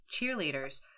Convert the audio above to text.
cheerleaders